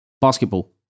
basketball